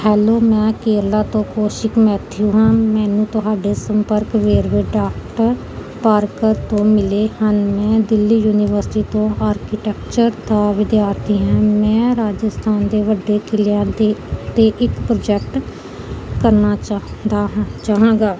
hello ਮੈਂ ਕੇਰਲਾ ਤੋਂ Kaushik Mathew ਹਾਂ ਮੈਨੂੰ ਤੁਹਾਡੇ ਸੰਪਰਕ ਵੇਰਵੇ ਡਾਕਟਰ ਪਾਰਕਰ ਤੋਂ ਮਿਲੇ ਹਨ ਮੈਂ ਦਿੱਲੀ ਯੂਨੀਵਰਸਿਟੀ ਤੋਂ ਆਰਕੀਟੈਕਚਰ ਦਾ ਵਿਦਿਆਰਥੀ ਹਾਂ ਮੈਂ ਰਾਜਸਥਾਨ ਦੇ ਵੱਡੇ ਕਿਲ੍ਹਿਆਂ 'ਤੇ 'ਤੇ ਇੱਕ ਪ੍ਰਜੈਕਟ ਕਰਨਾ ਚਾਹੁੰਦਾ ਹਾਂ ਚਾਹਾਂਗਾ